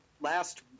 last